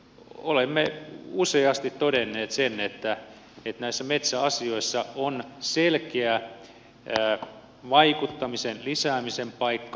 olemme useasti todenneet sen että näissä metsäasioissa on selkeä vaikuttamisen lisäämisen paikka